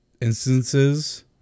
instances